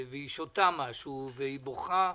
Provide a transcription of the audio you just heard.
היא שותה משהו והיא בוכה,